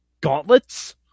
gauntlets